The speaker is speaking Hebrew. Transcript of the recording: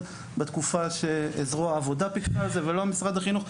בתקופה שזרוע העבודה פיקחה על זה ולא משרד החינוך.